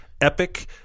epic